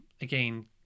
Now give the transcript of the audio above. again